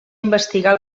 investigar